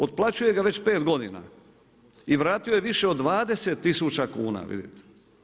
Otplaćuje ga već 5 godina i vratio je više od 20000 kn, vidite.